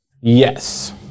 Yes